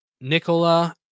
Nicola